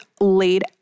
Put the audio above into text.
laid